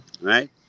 right